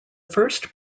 first